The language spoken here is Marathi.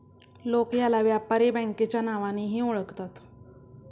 लोक याला व्यापारी बँकेच्या नावानेही ओळखतात